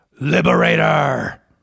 Liberator